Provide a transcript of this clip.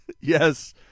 yes